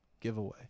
giveaway